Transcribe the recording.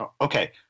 Okay